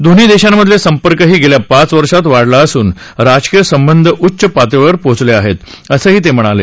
दोन्ही देशांमधला संपर्कही गेल्या पाच वर्षात वाढला असून राजकीय संबंध उच्च पातळीवर पोचले आहेत असं ते म्हणाले